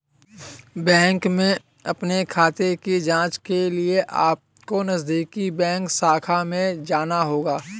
bank में अपने खाते की जांच के लिए अपको नजदीकी बैंक शाखा में जाना होगा